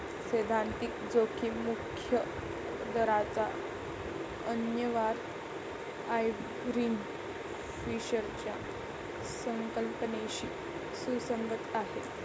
सैद्धांतिक जोखीम मुक्त दराचा अन्वयार्थ आयर्विंग फिशरच्या संकल्पनेशी सुसंगत आहे